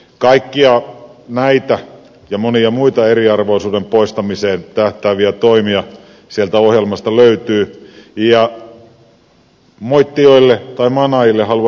kakkia näitä ja monia muita eriarvoisuuden poistamiseen tähtääviä toimia sieltä ohjelmasta löytyy ja moittijoille tai manaajille haluan sanoa